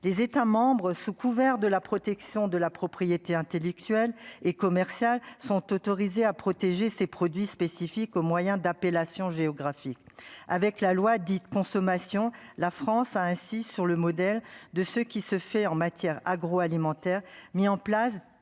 les États, sous couvert de la protection de la propriété intellectuelle et commerciale sont autorisés à protéger ses produits spécifiques au moyen d'appellation géographique avec la loi dite consommation : la France a ainsi, sur le modèle de ce qui se fait en matière agroalimentaire mis en place l'idée des indications